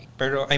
pero